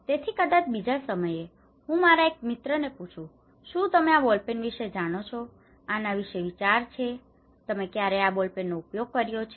તેથી કદાચ બીજા સમયે હું મારા એક મિત્રને પૂછું શું તમે આ બોલ પેન વિશે જાણો છો આના વિશે કોઈ વિચાર છે તમે ક્યારેય આ બોલ પેનનો ઉપયોગ કર્યો છે